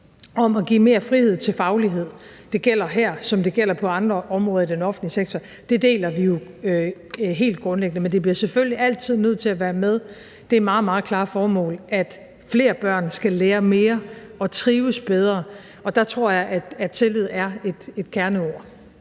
om at give mere frihed til faglighed gælder her, og som det gælder på andre områder i den offentlige sektor. Det deler vi jo helt grundlæggende, men det bliver selvfølgelig altid nødt til at være med det meget, meget klare formål, at flere børn skal lære mere og trives bedre, og der tror jeg, at tillid er et kerneord.